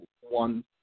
one